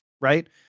right